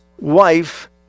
wife